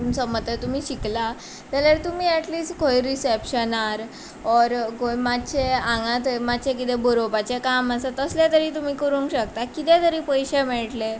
पूण समज जर तुमी शिकला जाल्यार तुमी एटलीश्ट खंय रिसेपशनार ओर मातसें हांगा थंय मातशें बरोवपाचें काम आसा तसलें तरी तुमी करूंक शकतात कितेंय तरी पयशे मेळटले